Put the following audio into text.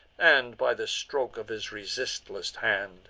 and, by the stroke of his resistless hand,